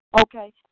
Okay